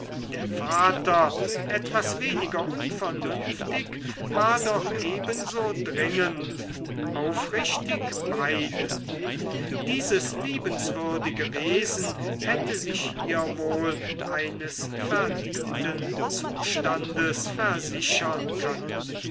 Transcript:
der vater etwas weniger unvernünftig war doch ebenso dringend aufrichtig beide dieses liebenswürdige wesen hätte sich hier wohl eines verdienten zustandes versichern können